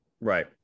Right